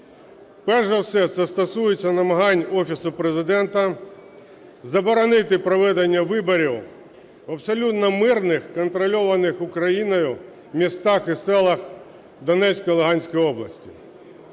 Перш за все це стосується намагань Офісу Президента заборонити проведення виборів в абсолютно мирних, контрольованих Україною, містах і селах Донецької і Луганської областей.